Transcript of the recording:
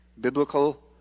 biblical